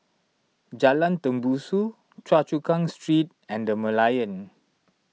Jalan Tembusu Choa Chu Kang Street and the Merlion